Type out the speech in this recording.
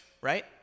right